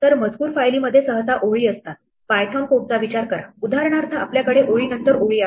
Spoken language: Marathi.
तरमजकूर फाईलमध्ये सहसा ओळी असतात पायथन कोडचा विचार करा उदाहरणार्थ आपल्याकडे ओळींनंतर ओळी आहेत